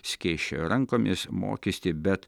skėsčioja rankomis mokestį bet